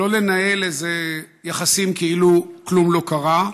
לא לנהל איזשהם יחסים כאילו כלום לא קרה,